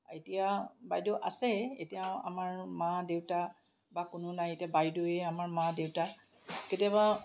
এতিয়া বাইদেউ আছে এতিয়া আমাৰ মা দেউতা বা কোনো নাই এতিয়া বাইদেউয়ে আমাৰ মা দেউতা কেতিয়াবা